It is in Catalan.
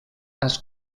als